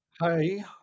Hi